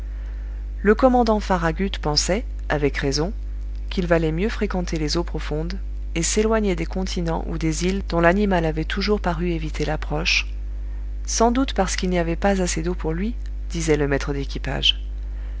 le commandant farragut pensait avec raison qu'il valait mieux fréquenter les eaux profondes et s'éloigner des continents ou des îles dont l'animal avait toujours paru éviter l'approche sans doute parce qu'il n'y avait pas assez d'eau pour lui disait le maître d'équipage